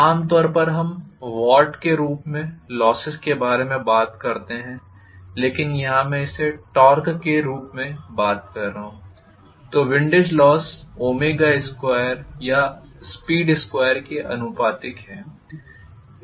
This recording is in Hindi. आम तौर पर हम वॉट के रूप में लोसेस के बारे में बात करते हैं लेकिन यहां मैं इसे टॉर्क के रूप में बात कर रहा हूं तो विंडेज लोस 2 या speed2 के आनुपातिक है